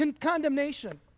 condemnation